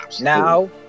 Now